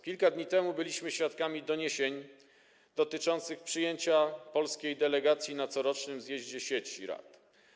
Kilka dni temu byliśmy świadkami doniesień dotyczących przyjęcia polskiej delegacji na corocznym zjeździe sieci rad.